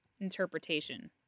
interpretation